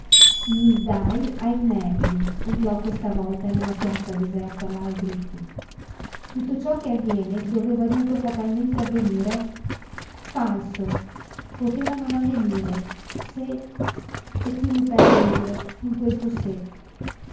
i dai ai nervi urlò questa volta nella piazza deserta lao griffi tutto ciò che avviene doveva dunque fatalmente avvenire falso poteva non avvenire se e qui mi perdo io in questo se